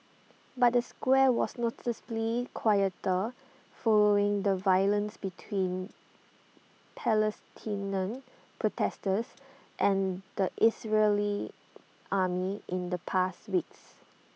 but the square was noticeably quieter following the violence between Palestinian protesters and the Israeli army in the past weeks